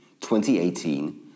2018